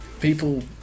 people